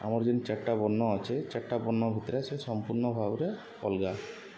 ଆମର୍ ଯେନ୍ ଚାର୍ଟା ବର୍ଣ୍ଣ ଅଛେ ଚାର୍ଟା ବର୍ଣ୍ଣ ଭିତ୍ରେ ସେ ସମ୍ପୂର୍ଣ ଭାବରେ ଅଲ୍ଗା